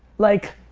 like,